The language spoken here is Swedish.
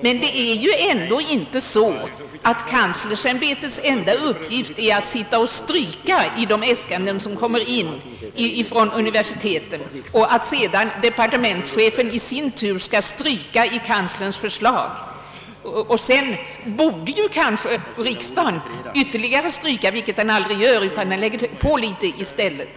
Men det är ju ändå inte så, att kanslersämbetets enda uppgift är att sitta och stryka i de äskanden som kommer in från universiteten och att departementschefen därefter i sin tur bara skall stryka i kanslerns förslag. Sedan borde kanske riksdagen stryka ytterligare, vilket man emellertid aldrig gör; riksdagen lägger på litet i stället.